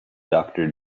doctor